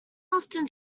often